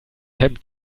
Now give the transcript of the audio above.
hemmt